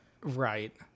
Right